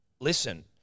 Listen